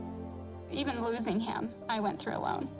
even losing him, i went through alone.